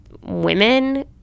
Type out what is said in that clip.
women